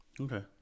Okay